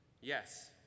Yes